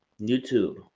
YouTube